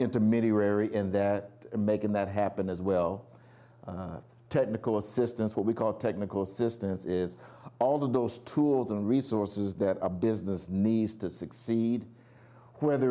intermediary and that making that happen as well technical assistance what we call technical assistance all those tools and resources that a business needs to succeed whether